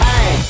Hey